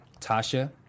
tasha